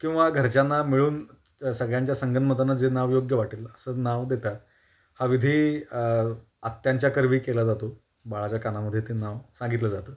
किंवा घरच्यांना मिळून त सगळ्यांच्या संगनमतानं जे नाव योग्य वाटेल असं नाव देतात हा विधी आत्यांच्या करवी केला जातो बाळाच्या कानामध्ये ते नाव सांगितलं जातं